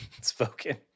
spoken